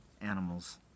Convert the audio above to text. Animals